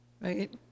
right